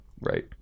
Right